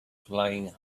flying